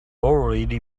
already